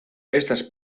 estas